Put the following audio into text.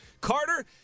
Carter